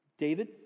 David